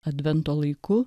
advento laiku